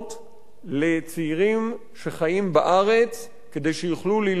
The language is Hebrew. לצעירים שחיים בארץ כדי שיוכלו ללמוד בארץ,